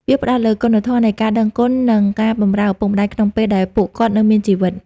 វាផ្តោតលើគុណធម៌នៃការដឹងគុណ និងការបម្រើឪពុកម្តាយក្នុងពេលដែលពួកគាត់នៅមានជីវិត។